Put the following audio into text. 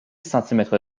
centimètres